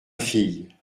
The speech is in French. fille